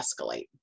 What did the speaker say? escalate